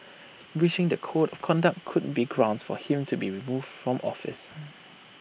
breaching the code of conduct could be grounds for him to be removed from office